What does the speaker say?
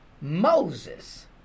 Moses